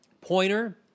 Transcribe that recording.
Pointer